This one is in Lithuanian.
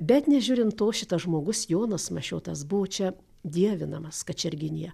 bet nežiūrint to šitas žmogus jonas mašiotas buvo čia dievinamas kačerginėje